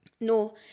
No